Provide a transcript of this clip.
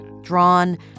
drawn